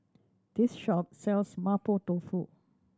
this shop sells Mapo Tofu